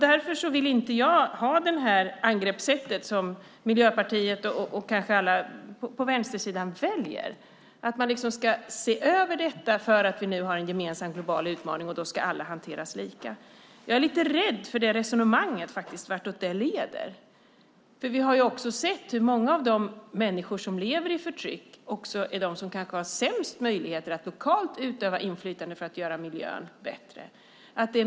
Därför vill jag inte ha det angreppssätt som Miljöpartiet och kanske alla på vänstersidan väljer: Nu har vi en gemensam global utmaning, och då ska man se över detta så att alla hanteras lika. Jag är lite rädd för vartåt det resonemanget leder. Vi har ju sett hur många av de människor som lever i förtryck också är de som kanske har sämst möjligheter att lokalt utöva inflytande för att göra miljön bättre.